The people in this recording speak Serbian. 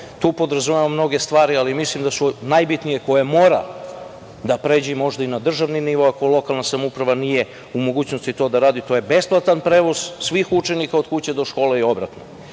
tu podrazumevam mnoge stvari, ali mislim da su najbitnije, koje moraju da pređu možda i na državni nivo, ako lokalna samouprava nije u mogućnosti to da radi, to je besplatan prevoz svih učenika od kuće do škole, i obratno,